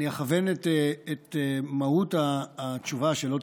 אכוון את מהות התשובה לגבי י' בניסן,